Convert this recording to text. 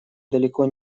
далеко